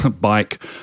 bike